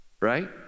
Right